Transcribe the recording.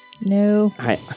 No